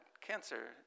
cancer